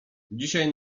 dzisiaj